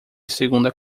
segunda